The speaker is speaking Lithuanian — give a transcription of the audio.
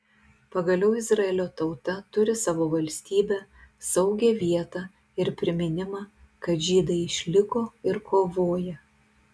pagaliau izraelio tauta turi savo valstybę saugią vietą ir priminimą kad žydai išliko ir kovoja